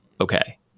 okay